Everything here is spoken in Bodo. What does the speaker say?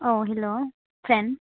औ हेल्ल' फ्रेन्द